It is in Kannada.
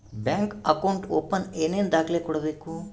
ಬ್ಯಾಂಕ್ ಅಕೌಂಟ್ ಓಪನ್ ಏನೇನು ದಾಖಲೆ ಕೊಡಬೇಕು?